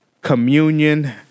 communion